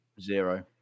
Zero